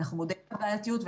אנחנו מודעים לבעייתיות.